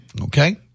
Okay